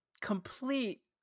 complete